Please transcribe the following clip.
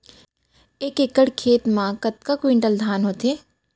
एक एकड़ खेत मा कतका क्विंटल धान होथे?